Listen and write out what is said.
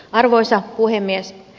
arvoisa puhemies